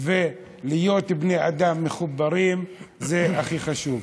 ולהיות בני אדם מחוברים זה הכי חשוב.